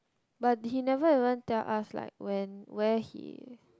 but he never even tell us like when where he